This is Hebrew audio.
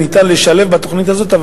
ניתן לשלב את זה בתוכנית הזאת.